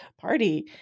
party